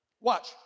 Watch